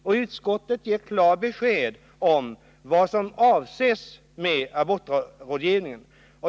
Och utskottet ger klart besked om vad som avses med abortrådgivning.